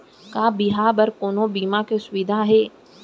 का बिहाव बर कोनो बीमा के सुविधा हे?